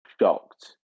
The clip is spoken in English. shocked